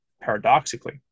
paradoxically